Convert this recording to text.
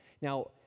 Now